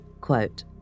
Quote